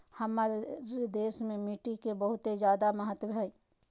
हमार देश में मिट्टी के बहुत जायदा महत्व हइ